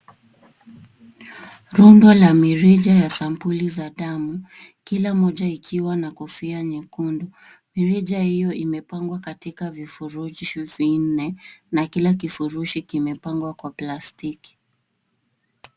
Rundo ya mirija ya sampuli za damu, kila moja ikiwa na kofia nyekundu. Mirija hiyo imepangwa katika vifurushi vinne na kila kifurushi kimepangwa kwa plastiki.